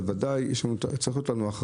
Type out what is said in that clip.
אבל צריכה להיות לנו אחריות.